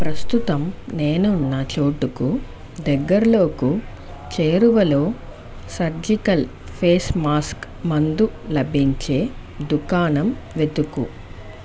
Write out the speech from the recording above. ప్రస్తుతం నేనున్న చోటుకు దగ్గరలో చేరువలో సర్జికల్ ఫేస్ మాస్క్ మందు లభించే దుకాణం వెతుకుము